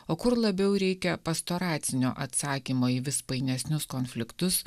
o kur labiau reikia pastoracinio atsakymo į vis painesnius konfliktus